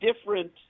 different